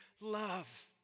love